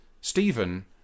Stephen